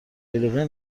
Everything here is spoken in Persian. جلیقه